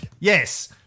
Yes